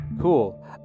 cool